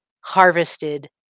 harvested